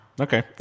Okay